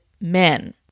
men